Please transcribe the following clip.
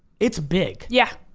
it's big. yeah,